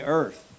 earth